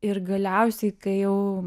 ir galiausiai kai jau